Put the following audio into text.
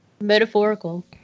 metaphorical